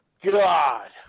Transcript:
God